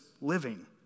living